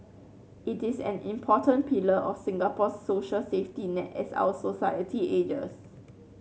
it is an important pillar of Singapore's social safety net as our society ages